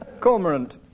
Cormorant